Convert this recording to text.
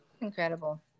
Incredible